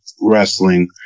wrestling